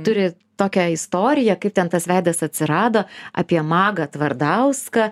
turi tokią istoriją kaip ten tas veidas atsirado apie magą tvardauską